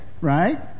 right